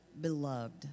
Beloved